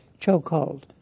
Chokehold